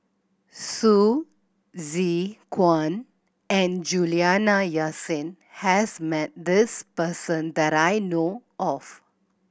Hsu Tse Kwang and Juliana Yasin has met this person that I know of